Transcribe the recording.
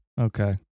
Okay